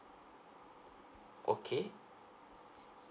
okay